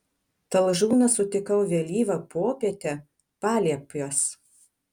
talžūną sutikau vėlyvą popietę paliepiuos